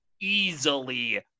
easily